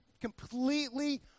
completely